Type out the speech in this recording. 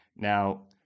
Now